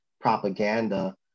propaganda